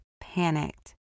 panicked